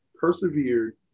persevered